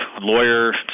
lawyer